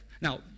Now